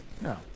no